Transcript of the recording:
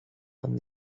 and